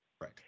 Right